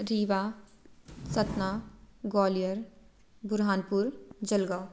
Rewa Satna Gwalior Burhanpur Jalgaon